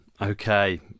okay